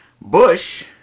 Bush